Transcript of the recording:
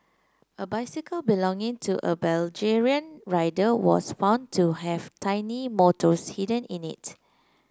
a bicycle belonging to a Belgian rider was found to have tiny motors hidden in it